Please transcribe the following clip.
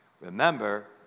Remember